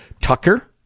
Tucker